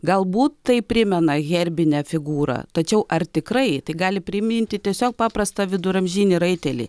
galbūt tai primena herbinę figūrą tačiau ar tikrai tai gali priminti tiesiog paprastą viduramžinį raitelį